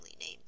name